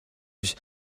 биш